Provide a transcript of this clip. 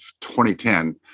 2010